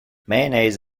mayonnaise